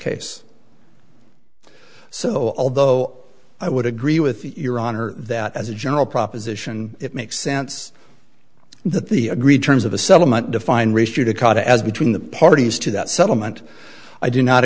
case so although i would agree with your honor that as a general proposition it makes sense that the agreed terms of a settlement define race judicata as between the parties to that settlement i do not